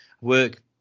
work